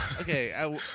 Okay